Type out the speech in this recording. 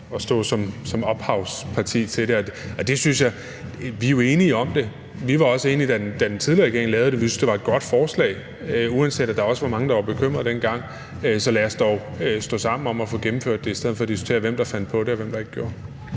at stå som ophavsparti til det. Vi er jo enige om det. Vi var også enige, da den tidligere regering lavede det. Vi syntes, det var et godt forslag, uanset at der også var mange, der dengang var bekymrede. Så lad os dog stå sammen om at få gennemført det i stedet for at diskutere, hvem der fandt på det, og hvem der ikke gjorde.